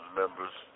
members